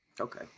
Okay